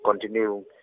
continue